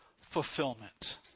fulfillment